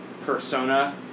persona